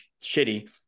shitty